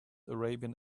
arabian